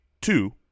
two